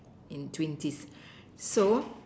in twenties so